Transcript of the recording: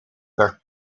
werd